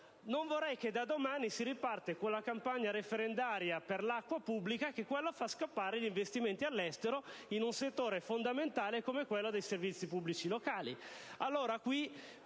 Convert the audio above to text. Non vorrei che domani si ripartisse con la compagna referendaria per l'acqua pubblica, che fa scappare gli investimenti all'estero in un settore fondamentale come quello dei servizi pubblici locali.